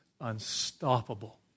unstoppable